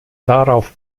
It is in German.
darauf